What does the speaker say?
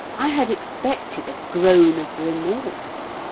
i had expected a groan of remorse.